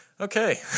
Okay